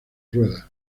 ruedas